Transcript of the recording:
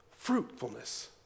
fruitfulness